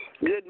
Good